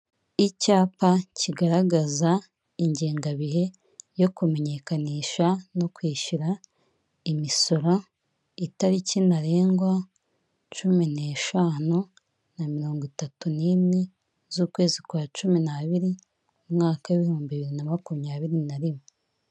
Icyapa kigaragaza ingengabihe yo kumenyekanisha no kwishyura imisoro, itariki ntarengwa cumi neshanu na mirongo itatu n'imwe z'ukwezi kwa cumi n'abiri mu mwaka w' ibihumbi bibiri na makumyabiri na rimwe.